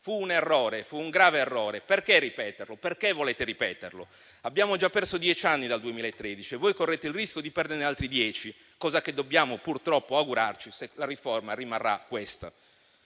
parlamentare. Fu un grave errore. Perché ripeterlo? Perché volete ripeterlo? Abbiamo già perso dieci anni dal 2013 e voi correte il rischio di perderne altri dieci, cosa che dobbiamo purtroppo augurarci se la riforma rimarrà questa.